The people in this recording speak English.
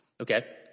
Okay